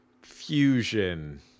Fusion